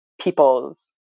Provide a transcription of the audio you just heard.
people's